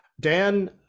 Dan